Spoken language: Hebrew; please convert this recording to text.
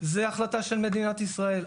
זו החלטה של מדינת ישראל,